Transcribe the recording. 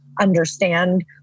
Understand